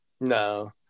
no